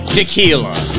Tequila